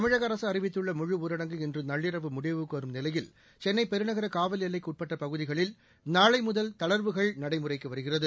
தமிழக அரசு அறிவித்துள்ள முழுஊரடங்கு இன்று நள்ளிரவு முடிவுக்கு வரும் நிலையில் சென்னைப் பெருநகர காவல் எல்லைக்கு உட்பட்ட பகுதிகளில் நாளை முதல் தளர்வுகள் நடைமுறைக்கு வருகிறது